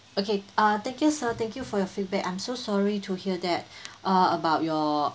okay err thank you sir thank you for your feedback I'm so sorry to hear that err about your